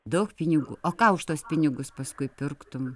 daug pinigų o ka už tuos pinigus paskui pirktum